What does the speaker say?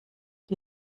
die